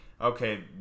okay